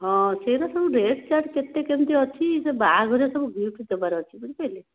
ହଁ ସେଗୁଡ଼ାର ସବୁ ରେଟ ଚାଟ କେତେ କେମିତି ଅଛି ସେ ବାହାଘରିଆର ସବୁ ଗିଫ୍ଟ ଦେବାର ଅଛି ବୁଝିପାରିଲେ